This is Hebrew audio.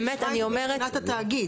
אישרה את זה מבחינת התאגיד.